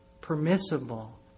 permissible